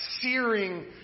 searing